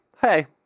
hey